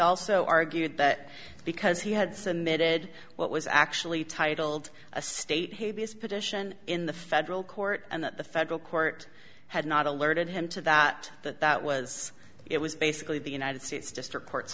also argued that because he had submitted what was actually titled a state habeas petition in the federal court and that the federal court had not alerted him to that that that was it was basically the united states district courts